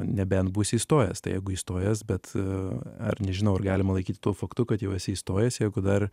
nebent būsi įstojęs tai jeigu įstojęs bet ar nežinau ar galima laikyti tuo faktu kad jau esi įstojęs jeigu dar